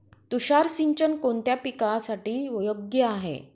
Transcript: तुषार सिंचन कोणत्या पिकासाठी योग्य आहे?